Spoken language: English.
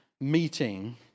meeting